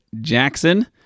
Jackson